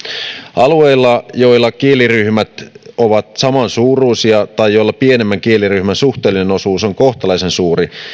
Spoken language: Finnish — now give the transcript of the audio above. alueilla joilla kieliryhmät ovat samansuuruisia tai joilla pienemmän kieliryhmän suhteellinen osuus on kohtalaisen suuri